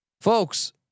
folks